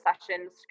sessions